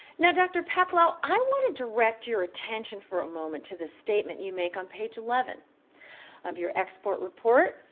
now, dr. peplau, i want to direct your attention for a moment to the statement you make on page eleven of your expert report.